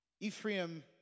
Ephraim